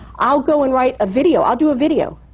i'll go and write a video. i'll do a video,